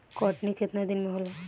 कटनी केतना दिन में होला?